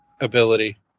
ability